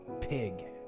pig